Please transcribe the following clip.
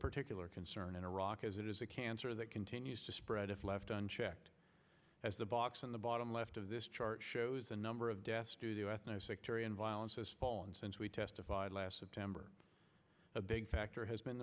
particular concern in iraq as it is a cancer that continues to spread if left unchecked as the box in the bottom left of this chart shows the number of deaths studio ethno sectarian violence has fallen since we testified last september a big factor has been